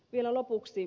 vielä lopuksi